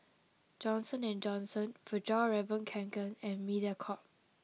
Johnson and Johnson Fjallraven Kanken and Mediacorp